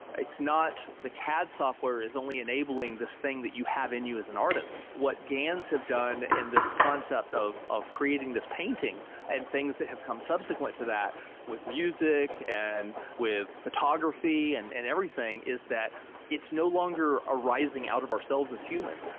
it's not the cad software is only enabling this thing that you have in you as an artist. what gans have done in this concept of of creating this painting and things that have come subsequent to that with music and with photography and and everything is that it's no longer arising out of ourselves as humans.